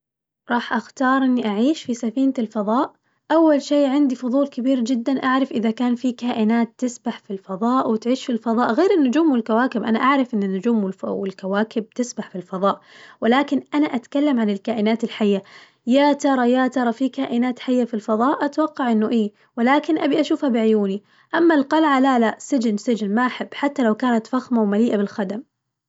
راح أختار إني أعيش في سفينة الفضاء، أول شي عندي فظول كبير جداً أعرف إذا كان في كائنات تسبح في الفظاء وتعيش في الفظاء غير النجوم والكواكب، أنا أعرف إنه النجوم والكواكب تسبح في الفظاء ولكن أنا أتكلم عن الكائنات الحية، يا ترى يا ترى في كائنات حية في الفظاء؟ أتوقع إنه إي ولكن أبي أشوف بعيوني، أما القلعة لا لا سجن سجن ما أحب حتى لو كانت فخمة ومليئة بالخدم.